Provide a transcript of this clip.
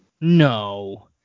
No